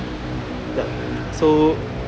yup so